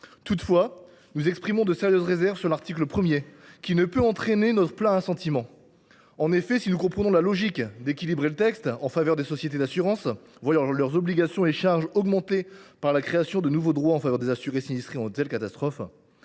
Toutefois, nous exprimons de sérieuses réserves sur l’article 1, qui ne peut recevoir notre plein assentiment. Nous comprenons la logique d’équilibrer le texte en faveur des sociétés d’assurances, elles qui voient leurs obligations et charges augmenter par la création de nouveaux droits en faveur des assurés touchés par ces catastrophes.